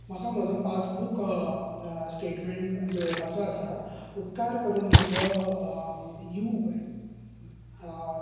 म्हाका म्हजो passbook statement मेळपाचो आसा उपकार करून म्हजो यू